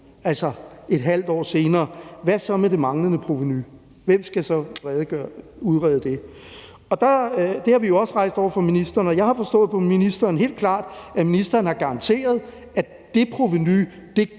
altså et halvt år senere: Hvad så med det manglende provenu? Hvem skal så udrede det? Det har vi jo også rejst over for ministeren, og jeg har helt klart forstået på ministeren, at ministeren har garanteret, at der ikke